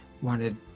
wanted